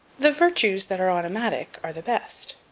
the virtues that are automatic are the best.